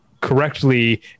correctly